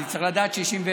אני צריך לדעת 61,